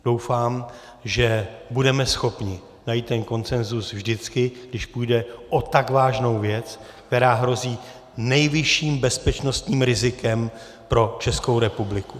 Doufám, že budeme schopni najít ten konsenzus vždycky, když půjde o tak vážnou věc, která hrozí nejvyšším bezpečnostním rizikem pro Českou republiku.